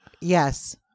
Yes